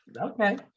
Okay